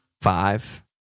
five